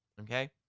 Okay